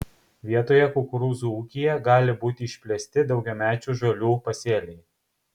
vietoje kukurūzų ūkyje gali būti išplėsti daugiamečių žolių pasėliai